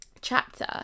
chapter